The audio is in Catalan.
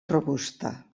robusta